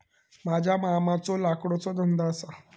माझ्या मामाचो लाकडाचो धंदो असा